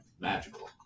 magical